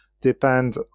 depend